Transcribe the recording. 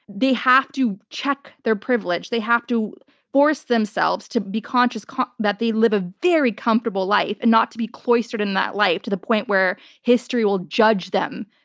they have to check their privilege. they have to force themselves to be conscious that they live a very comfortable life and not to be cloistered in that life to the point where history will judge them,